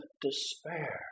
despair